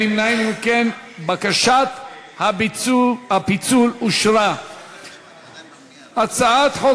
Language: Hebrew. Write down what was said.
הרווחה והבריאות בדבר פיצול הצעת חוק